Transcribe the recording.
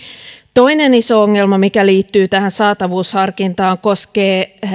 toinen iso ongelma mikä liittyy tähän saatavuusharkintaan koskee